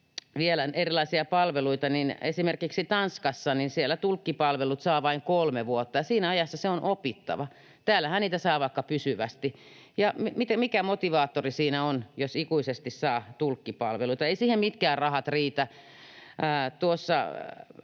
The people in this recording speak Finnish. vielä erilaisia palveluita, niin esimerkiksi Tanskassa tulkkipalveluita saa vain kolme vuotta, ja siinä ajassa se kieli on opittava. Täällähän niitä saa vaikka pysyvästi, ja mikä motivaattori siinä on, jos ikuisesti saa tulkkipalveluita? Eivät siihen mitkään rahat riitä.